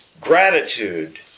Gratitude